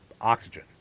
oxygen